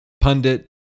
pundit